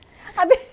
habis